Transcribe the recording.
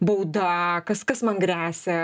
bauda kas kas man gresia